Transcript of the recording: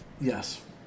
Yes